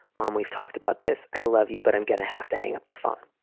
mom, we've talked about this. i love you, but i'm going to have to hang up the phone.